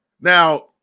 Now